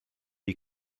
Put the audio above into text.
die